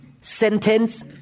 sentence